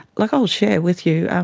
like i'll share with you,